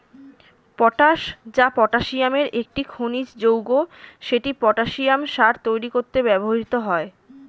potash, যা পটাসিয়ামের একটি খনিজ যৌগ, সেটি পটাসিয়াম সার তৈরি করতে ব্যবহৃত হয়